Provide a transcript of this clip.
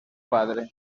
padre